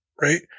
right